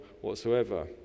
whatsoever